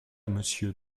monsieur